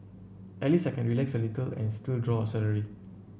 at least I can relax a little and still draw a salary